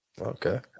Okay